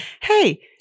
Hey